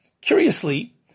curiously